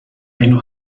اینو